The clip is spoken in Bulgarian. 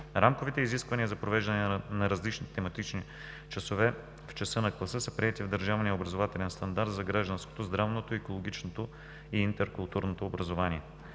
Рамковите изисквания за провеждане на различни тематични часове в часа на класа са приети в държавния образователен стандарт за гражданското, здравното, екологичното и интеркултурното образование.